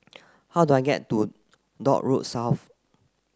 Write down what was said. how do I get to Dock Road South